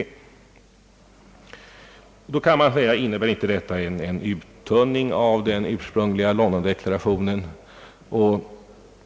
Då kan man naturligtvis fråga: Innebär inte detta en uttunning av den ursprungliga Londondeklarationen?